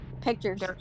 Pictures